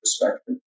perspective